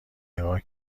نگاه